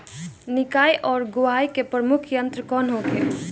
निकाई और गुड़ाई के प्रमुख यंत्र कौन होखे?